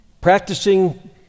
practicing